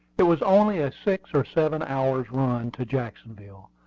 it was only a six or seven hours' run to jacksonville,